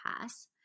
pass